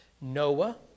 Noah